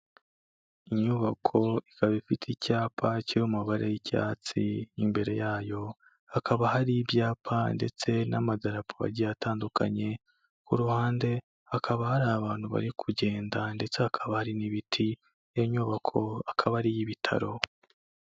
Inyubako ikaba ifite icyapa kiri mu mabara y'icyatsi, imbere yayo hakaba hari ibyapa ndetse n'amadarapo agiye atandukanye, ku ruhande hakaba hari abantu bari kugenda, ndetse hakaba hari n'ibiti, iyo inyubako akaba ari iy'ibitaro.